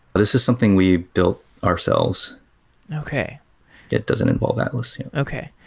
this is something we built ourselves okay it doesn't involve atlas okay.